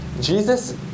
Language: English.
Jesus